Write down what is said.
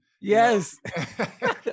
yes